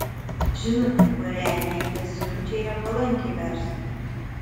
žinutė kurią jk siunčia yra palanki verslui